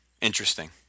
interesting